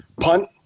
Punt